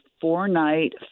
four-night